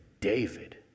David